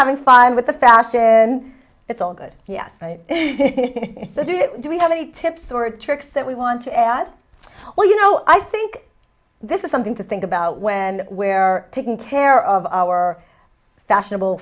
having fun with the fashion it's all good yes it's a do it do we have any tips or tricks that we want to add well you know i think this is something to think about when where taking care of our fashionable